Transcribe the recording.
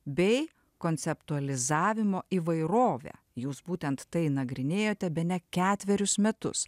bei konceptualizavimo įvairovę jūs būtent tai nagrinėjote bene ketverius metus